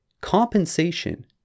compensation